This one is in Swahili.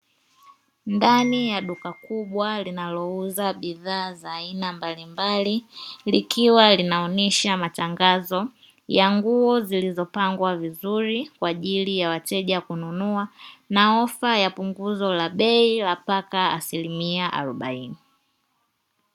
Ndani ya duka kubwa linalouza bidhaa za aina mbalimbali, likiwa linaonesha matangazo ya nguo zimepangwa vizuri kwa ajili ya wateja kununua na ofa ya punguzo la bei la mpaka asilimia arobaini.